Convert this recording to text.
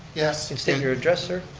yes. state your address, sir.